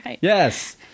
Yes